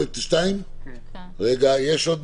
לגביו אולי הבהרות,